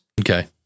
Okay